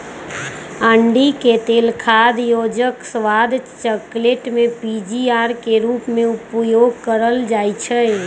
अंडिके तेल खाद्य योजक, स्वाद, चकलेट में पीजीपीआर के रूप में उपयोग कएल जाइछइ